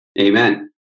Amen